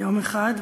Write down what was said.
יום אחד,